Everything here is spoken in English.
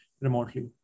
remotely